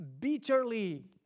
bitterly